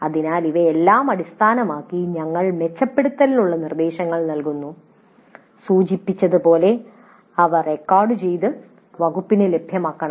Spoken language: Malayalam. അതിനാൽ ഇവയെല്ലാം അടിസ്ഥാനമാക്കി ഞങ്ങൾ മെച്ചപ്പെടുത്തലിനുള്ള നിർദ്ദേശങ്ങൾ നൽകുന്നു സൂചിപ്പിച്ചതുപോലെ ഇവ റെക്കോർഡുചെയ്ത് വകുപ്പിന് ലഭ്യമാക്കണം